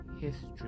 history